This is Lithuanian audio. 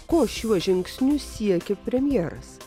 ko šiuo žingsniu siekia premjeras